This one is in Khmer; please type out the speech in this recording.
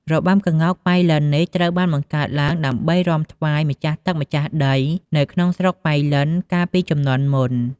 របាំក្ងោកប៉ៃលិននេះ ត្រូវបានបង្កើតឡើងដើម្បីរាំថ្វាយម្ចាស់ទឹក ម្ចាស់ដី នៅក្នុងស្រុកប៉ៃលិនកាលពីជំនាន់មុន។